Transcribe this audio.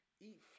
eat